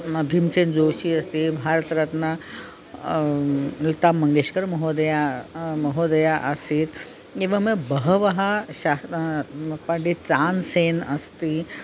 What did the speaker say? म भीमसेनजोषी अस्ति भारतरत्न लतामङ्गेश्कर्महोदया महोदया आसीत् एवं बहवः शास्त्रपण्डितः तानसेनः अस्ति